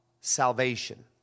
salvation